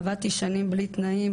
עבדתי שנים ללא תנאים,